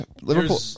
Liverpool